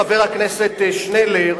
חבר הכנסת שנלר,